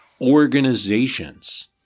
organizations